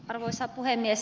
arvoisa puhemies